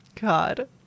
God